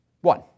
One